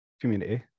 community